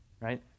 right